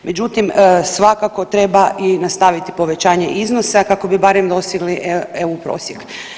Međutim, svakako treba i nastaviti povećanje iznosa kako bi barem dosegli EU prosjek.